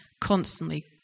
constantly